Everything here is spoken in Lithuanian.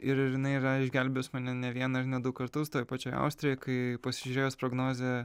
ir ir jinai yra išgelbėjus mane ne vieną ir ne du kartus toj pačioj austrijoj kai pasižiūrėjus prognozę